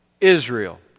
Israel